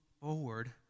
forward